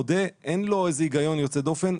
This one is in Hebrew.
שאני מודה שאין לו איזה היגיון יוצא דופן.